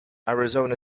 arizona